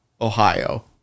Ohio